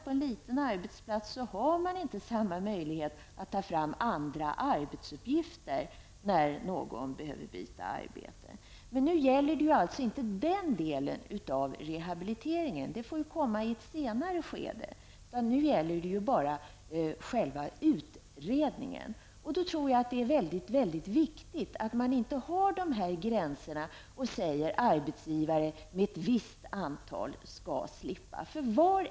På en liten arbetsplats har man naturligtvis inte samma möjlighet att ta fram andra arbetsuppgifter när någon behöver byta arbete. Men nu gäller det alltså inte den delen av rehabiliteringen -- detta får komma i ett senare skede -- utan nu gäller det bara själva utredningen. Jag tror då att det är mycket viktigt att man inte har dessa gränser och talar om att arbetsgivare med ett visst antal anställda skall slippa detta ansvar.